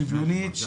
שוויונית,